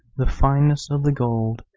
the fineness of the gold,